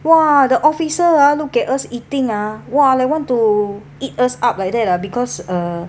!wah! the officer uh look at us eating ah !wah! like want to eat us up like that uh because uh